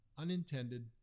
unintended